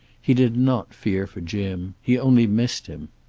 he did not fear for jim. he only missed him.